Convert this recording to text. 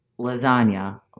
lasagna